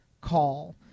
call